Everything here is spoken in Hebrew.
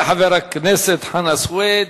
תודה לחבר הכנסת חנא סוייד.